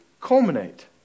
culminate